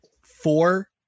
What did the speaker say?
four